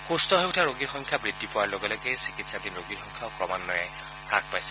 সুস্থ হৈ উঠা ৰোগীৰ সংখ্যা বৃদ্ধি পোৱাৰ লগে লগে দেশত চিকিৎসাধীন ৰোগীৰ সংখ্যাও ক্ৰমান্বয়ে হ্ৰাস পাইছে